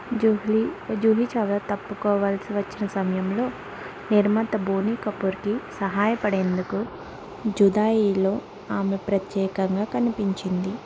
జూహ్లి జూహీ చావ్లా తప్పుకోవాల్సి వచ్చిన సమయంలో నిర్మాత బోనీ కపూర్కి సహాయపడేందుకు జుదాయీలో ఆమె ప్రత్యేకంగా కనిపించింది